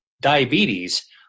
diabetes